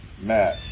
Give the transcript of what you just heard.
Matt